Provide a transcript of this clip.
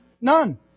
none